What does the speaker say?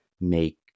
make